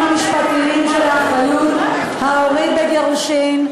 המשפטיים של האחריות ההורית בגירושים,